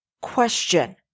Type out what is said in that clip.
question